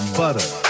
butter